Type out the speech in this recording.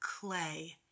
clay